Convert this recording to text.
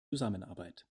zusammenarbeit